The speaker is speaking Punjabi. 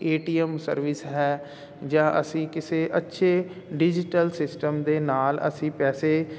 ਏਟੀਐਮ ਸਰਵਿਸ ਹੈ ਜਾਂ ਅਸੀਂ ਕਿਸੇ ਅੱਛੇ ਡਿਜੀਟਲ ਸਿਸਟਮ ਦੇ ਨਾਲ ਅਸੀਂ ਪੈਸੇ